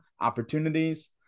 Opportunities